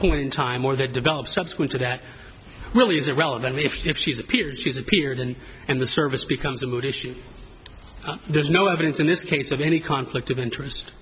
point in time or there develops subsequent to that really is irrelevant if she's appeared she's appeared in and the service becomes a moot issue there's no evidence in this case of any conflict of interest